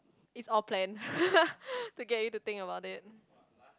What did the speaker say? it's all planned to get you to think about it